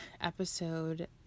episode